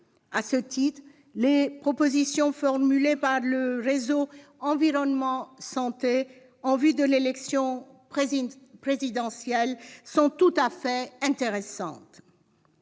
À ce titre, les propositions formulées par le Réseau environnement santé en vue de l'élection présidentielle sont tout à fait intéressantes.